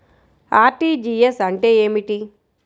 RTGS అంటే ఏమిటి?